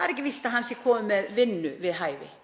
þá sé víst að hann sé kominn með vinnu við hæfi,